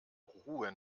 ruhe